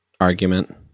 argument